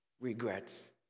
regrets